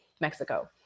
Mexico